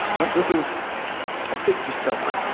this is a big discovery.